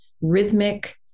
rhythmic